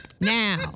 Now